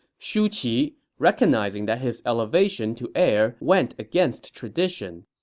shu qi, recognizing that his elevation to heir went against tradition,